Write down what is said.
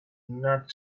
not